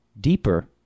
deeper